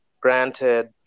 Granted